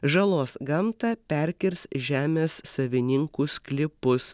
žalos gamtą perkirs žemės savininkų sklypus